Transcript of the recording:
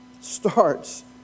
starts